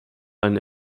eine